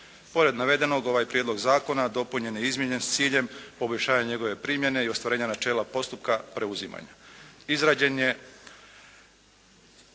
Pored navedenog ovaj Prijedlog zakona dopunjen je i izmijenjen s ciljem poboljšanja njegove primjene i ostvarenja načela postupka preuzimanja.